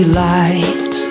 light